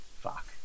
Fuck